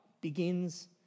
begins